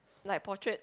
like potrait